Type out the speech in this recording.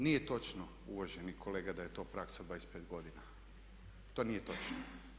Nije točno uvaženi kolega da je to praksa 25 godina, to nije točno.